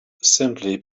simply